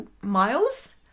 miles